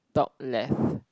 top left